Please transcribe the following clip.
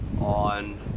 on